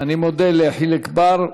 אני מודה לחיליק בר.